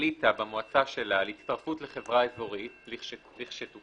החליטה במועצה שלה על הצטרפות לחברה אזורית לכשתוקם,